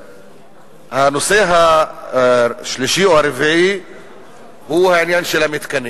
הנושא השלישי או הרביעי הוא העניין של המתקנים.